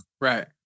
Right